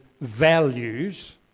values